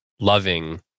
loving